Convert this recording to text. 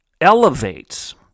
elevates